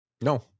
no